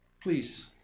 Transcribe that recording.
Please